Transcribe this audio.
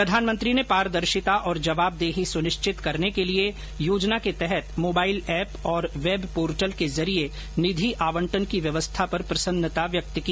प्रधानमंत्री ने पारदर्शिता और जवाबदेही सुनिश्चित करने के लिए योजना के तहत मोबाइल ऐप और वेब पोर्टल के जरिए निधि आवंटन की व्यवस्था पर प्रसन्नता व्यक्त की